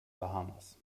bahamas